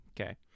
Okay